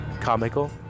comical